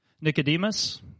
Nicodemus